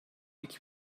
iki